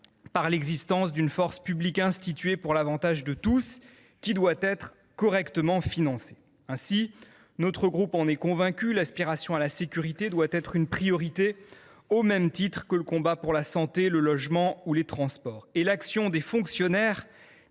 par l’existence d’une force publique « instituée pour l’avantage de tous »; celle ci doit être correctement financée. Ainsi, et notre groupe en est convaincu, l’aspiration à la sécurité doit être une priorité, au même titre que le combat pour la santé, pour le logement ou pour les transports. Et l’action des fonctionnaires